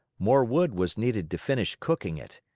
more wood was needed to finish cooking it.